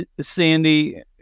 Sandy